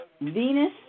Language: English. Venus